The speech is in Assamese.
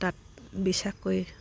তাত বিশ্বাস কৰি